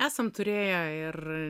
esam turėję ir